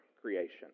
creation